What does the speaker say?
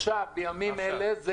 עכשיו, בימים אלה.